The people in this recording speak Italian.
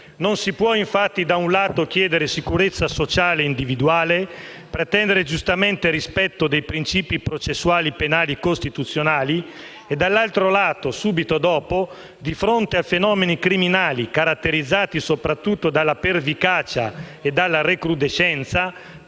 Non si può infatti, da un lato, chiedere sicurezza sociale e individuale, pretendere giustamente il rispetto dei principi processuali penali costituzionali e, dall'altro lato, subito dopo, di fronte a fenomeni criminali caratterizzati soprattutto dalla pervicacia e dalla recrudescenza,